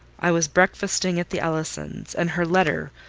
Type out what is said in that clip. i was breakfasting at the ellisons and her letter,